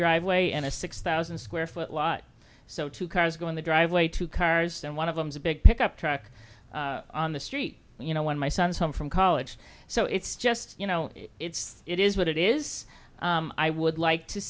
driveway and a six thousand square foot lot so two cars go in the driveway two cars and one of them is a big pickup truck on the street you know when my son's home from college so it's just you know it's it is what it is i would like to